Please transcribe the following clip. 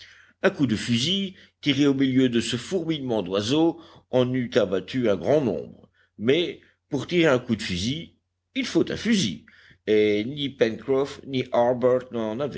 un coup de fusil tiré au milieu de ce fourmillement d'oiseaux en eût abattu un grand nombre mais pour tirer un coup de fusil il faut un fusil et ni pencroff ni